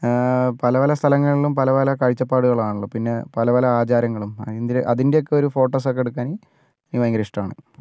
പല പല സ്ഥലങ്ങളിലും പല പല കാഴ്ച്ചപ്പാടുകളാണല്ലോ പിന്നെ പല പല ആചാരങ്ങളും അതിന്റെയൊക്കെ ഒരു ഫോട്ടോസൊക്കെ എടുക്കാൻ എനിക്ക് ഭയങ്കര ഇഷ്ടമാണ്